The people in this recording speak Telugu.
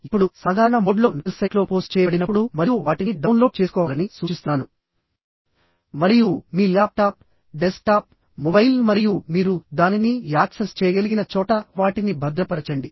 ఇప్పుడు సాధారణ మోడ్లో మీరు NPTEL సైట్లో పోస్ట్ చేయబడినప్పుడు మరియు వాటిని డౌన్లోడ్ చేసుకోవాలని నేను సూచిస్తున్నాను మరియు మీ ల్యాప్టాప్ డెస్క్టాప్ మొబైల్ మరియు మీరు దానిని యాక్సెస్ చేయగలిగిన చోట వాటిని భద్రపరచండి